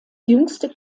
jüngste